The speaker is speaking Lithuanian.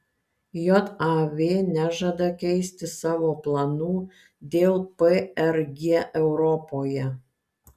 jav nežada keisti savo planų dėl prg europoje